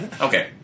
Okay